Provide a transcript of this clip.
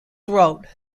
wrote